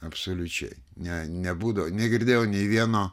absoliučiai ne nebūdavo negirdėjau nei vieno